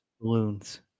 balloons